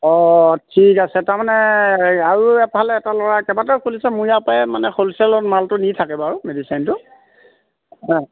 অঁ ঠিক আছে তাৰমানে আৰু এফালে এটা ল'ৰা কেইবাটাও খুলিছে মোৰ ইয়াৰ পৰাই মানে হলছেলত মালটো নি থাকে বাৰু মেডিচিনটো